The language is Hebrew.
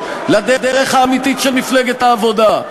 לדרך האמיתית של מפלגת העבודה.